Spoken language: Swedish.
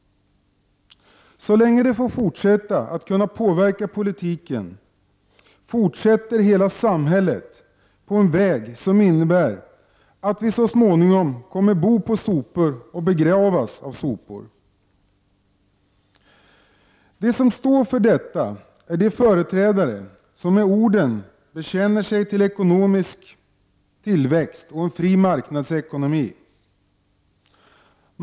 Så länge de har möjlighet att påverka politiken fortsätter hela samhället på en väg som leder mot en situation som innebär att vi så småningom kommer att bo på sopor och begravas av sopor. De som står för detta är de företrädare som i ord bekänner sig till ekonomisk tillväxt och en fri marknadsekonomi.